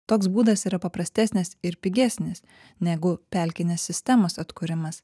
toks būdas yra paprastesnis ir pigesnis negu pelkinės sistemos atkūrimas